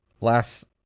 last